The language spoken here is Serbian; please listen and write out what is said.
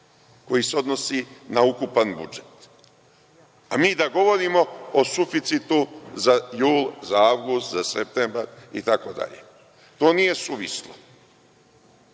koji se odnosi na ukupan budžet, a mi da govorimo o suficitu za jul, za avgust, za septembar itd. To nije suvislo,